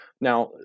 Now